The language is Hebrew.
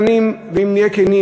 ואם נהיה כנים,